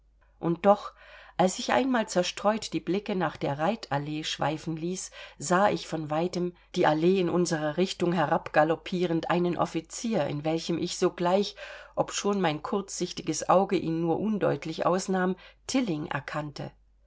und doch als ich einmal zerstreut die blicke nach der reit allee schweifen ließ sah ich von weitem die allee in unserer richtung herabgaloppierend einen offizier in welchem ich sogleich obschon mein kurzsichtiges auge ihn nur undeutlich ausnahm tilling erkannte